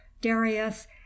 darius